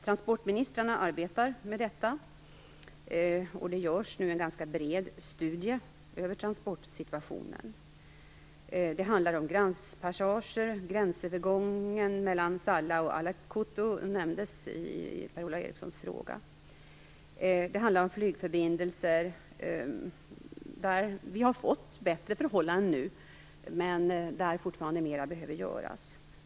Transportministrarna arbetar med detta. Det görs nu en ganska bred studie över transportsituationen. Det handlar om gränspassager, bl.a. gränsövergången mellan Salla och Allakurtty, som nämndes i Per-Ola Erikssons interpellation. Det handlar om flygförbindelser, där förhållandena nu blivit bättre men där det fortfarande behöver göras mer.